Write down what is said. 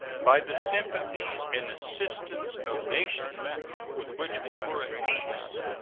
by the sympathies and assistance of nations with which we were at peace,